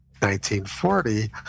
1940